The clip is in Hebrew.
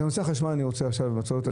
את נושא החשמל אני רוצה למצות עכשיו.